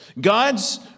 God's